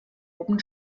oben